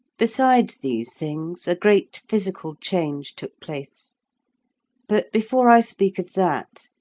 besides these things a great physical change took place but before i speak of that,